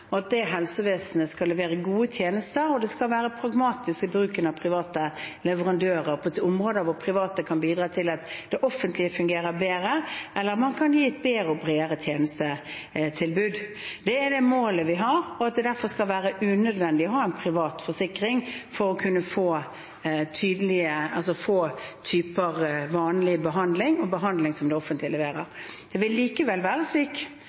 at det helsevesenet skal levere gode tjenester, og at det skal være pragmatisk i bruken av private leverandører på områder hvor private kan bidra til at det offentlige fungerer bedre, eller man kan gi et bedre og bredere tjenestetilbud. Det er det målet vi har, og at det derfor skal være unødvendig å ha en privat forsikring for å kunne få vanlige typer behandlinger, behandlinger som det offentlige leverer. Det vil likevel være slik